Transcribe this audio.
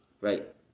Right